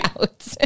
out